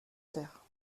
terre